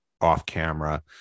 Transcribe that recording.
off-camera